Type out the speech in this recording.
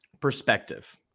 perspective